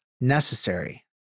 necessary